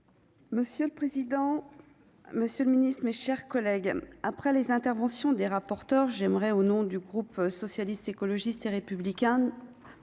Monsieur le président, Monsieur le Ministre, mes chers collègues, après les interventions des rapporteurs j'aimerais au nom du groupe socialiste, écologiste et républicain